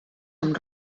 amb